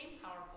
powerful